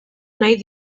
nahi